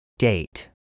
Date